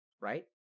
Right